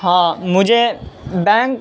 ہاں مجھے بینک